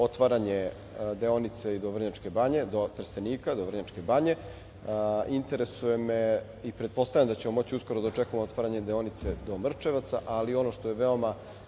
otvaranje deonice i do Vrnjačke Banje, do Trstenika, do Vrnjačke Banje. Interesuje me i pretpostavljam da ćemo moći uskoro da očekujemo otvaranje deonice do Mrčajevaca, ali ono što je veoma